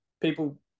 people